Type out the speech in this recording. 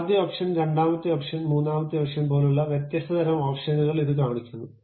ആദ്യ ഓപ്ഷൻ രണ്ടാമത്തെ ഓപ്ഷൻ മൂന്നാമത്തെ ഓപ്ഷൻ പോലുള്ള വ്യത്യസ്ത തരം ഓപ്ഷനുകൾ ഇത് കാണിക്കുന്നു